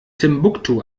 timbuktu